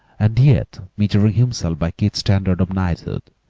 and yet, measuring himself by keith's standard of knighthood,